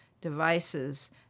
devices